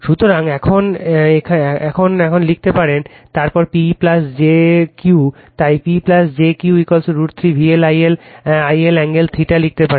সুতরাং এখন এখন লিখতে পারেন তারপর P jQ তাই P jQ √ 3 VL I VL I L কোণ θ লিখতে পারেন